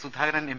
Sudhakaran M